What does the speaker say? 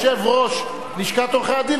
בשבתו כיושב-ראש לשכת עורכי-הדין,